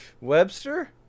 Webster